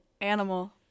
animal